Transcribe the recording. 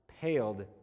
paled